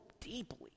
deeply